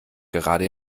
gerade